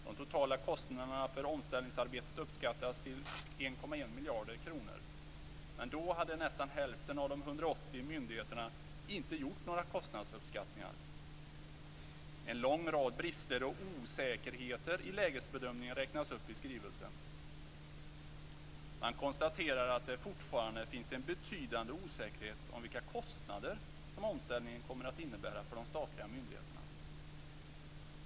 De totala kostnaderna för omställningsarbetet uppskattas till 1,1 miljarder kronor, men då hade nästan hälften av de 180 myndigheterna inte gjort några kostnadsuppskattningar. En lång rad brister och osäkerheter i lägesbedömningen räknas upp i skrivelsen. Man konstaterar att det fortfarande finns en betydande osäkerhet om vilka kostnader som omställningen kommer att innebära för de statliga myndigheterna.